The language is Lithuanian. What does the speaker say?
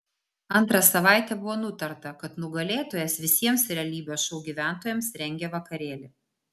antrą savaitę buvo nutarta kad nugalėtojas visiems realybės šou gyventojams rengia vakarėlį